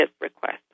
request